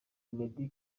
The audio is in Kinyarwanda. meddy